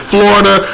Florida